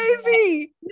crazy